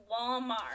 Walmart